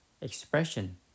expression